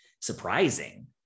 surprising